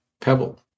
pebble